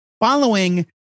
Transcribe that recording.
Following